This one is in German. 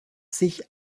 sich